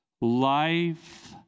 Life